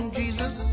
jesus